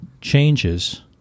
changes